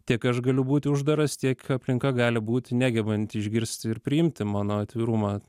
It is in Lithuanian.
tiek aš galiu būti uždaras tiek aplinka gali būti negebanti išgirsti ir priimti mano atvirumą